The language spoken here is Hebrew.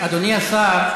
אדוני השר,